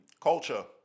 Culture